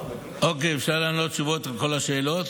אפשר לענות תשובות על כל השאלות?